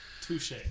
Touche